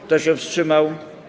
Kto się wstrzymał?